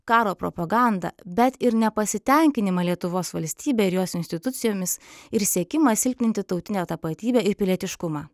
karo propagandą bet ir nepasitenkinimą lietuvos valstybe ir jos institucijomis ir siekimą silpninti tautinę tapatybę ir pilietiškumą